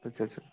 अच्छा अच्छा